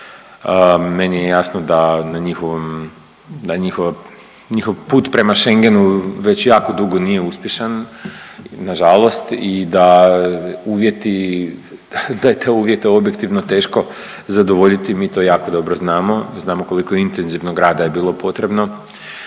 da njihov, njihov put prema Schengenu već jako dugo nije uspješan, nažalost i da uvjeti, da je te uvjete objektivno teško zadovoljiti i mi to jako dobro znamo. Znamo koliko intenzivnog rada je bilo potrebno